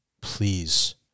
please